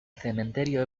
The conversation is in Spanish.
cementerio